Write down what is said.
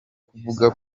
kuvuga